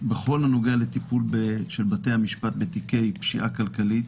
בכל הנוגע לטיפול של בתי המשפט בתיקי פשיעה כלכלית.